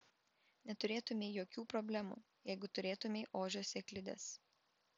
neturėtumei jokių problemų jeigu turėtumei ožio sėklides